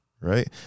right